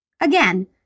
Again